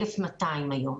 1,500 שמות של ילדים,